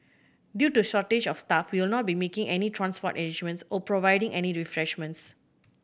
due to shortage of staff we will not be making any transport arrangements or providing any refreshments